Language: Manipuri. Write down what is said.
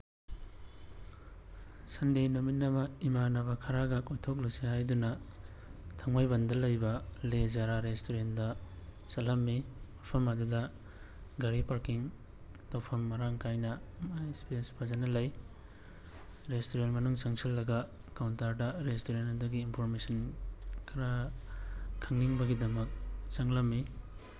ꯁꯟꯗꯦ ꯅꯨꯃꯤꯠ ꯑꯃ ꯏꯃꯥꯟꯅꯕ ꯈꯔꯒ ꯀꯣꯏꯊꯣꯛꯂꯨꯁꯦ ꯍꯥꯏꯗꯨꯅ ꯊꯥꯡꯃꯩꯕꯟꯗ ꯂꯩꯕ ꯂꯦ ꯖꯥꯔꯥ ꯔꯦꯁꯇꯨꯔꯦꯟꯗ ꯆꯠꯂꯝꯃꯤ ꯃꯐꯝ ꯑꯗꯨꯗ ꯒꯥꯔꯤ ꯄꯥꯔꯛꯀꯤꯡ ꯇꯧꯐꯝ ꯃꯔꯥꯡ ꯀꯥꯏꯅ ꯏꯁꯄꯦꯁ ꯐꯖꯅ ꯂꯩ ꯔꯦꯁꯇꯨꯔꯦꯟ ꯃꯅꯨꯡ ꯆꯪꯁꯤꯜꯂꯒ ꯀꯥꯎꯟꯇꯔꯗ ꯔꯦꯁꯇꯨꯔꯦꯟ ꯑꯗꯨꯒꯤ ꯏꯟꯐꯣꯔꯃꯦꯁꯟ ꯈꯔ ꯈꯪꯅꯤꯡꯕꯒꯤꯗꯃꯛ ꯆꯪꯂꯝꯃꯤ